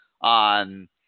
on